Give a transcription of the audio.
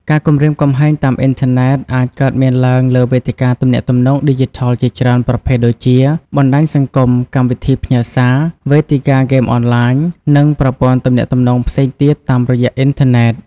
ការគំរាមកំហែងតាមអ៊ីនធឺណិតអាចកើតមានឡើងលើវេទិកាទំនាក់ទំនងឌីជីថលជាច្រើនប្រភេទដូចជា បណ្ដាញសង្គម កម្មវិធីផ្ញើសារ វេទិកាហ្គេមអនឡាញ និងប្រព័ន្ធទំនាក់ទំនងផ្សេងទៀតតាមរយៈអ៊ីនធឺណិត។